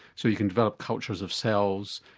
so you can develop cultures of cells,